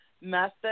method